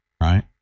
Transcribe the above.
right